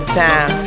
time